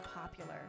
popular